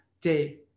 day